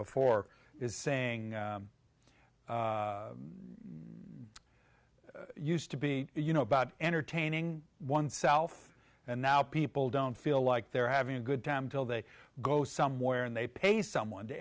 before is saying used to be you know about entertaining oneself and now people don't feel like they're having a good time till they go somewhere and they pay someone to